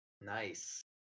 Nice